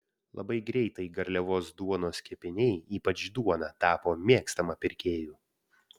labai greitai garliavos duonos kepiniai ypač duona tapo mėgstama pirkėjų